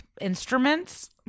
instruments